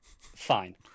Fine